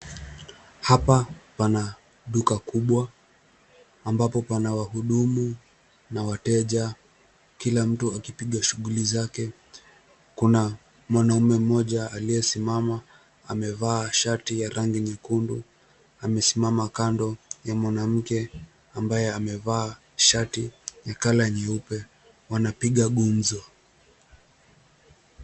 Hapa pana duka kubwa, ambapo pana wahudumu na wateja, kila mtu akipiga shughuli zake. Kuna mwanaume mmoja aliyesimama. Amevaa shati ya rangi nyekundu. Amesimama kando ya mwanamke ambaye amevaa shati ya colour nyeupe. Wanapiga gumzo.